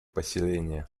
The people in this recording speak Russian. поселения